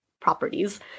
properties